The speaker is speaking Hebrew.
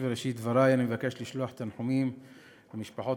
אבקש לשלוח תנחומים למשפחות